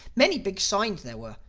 many big signs there were,